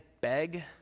beg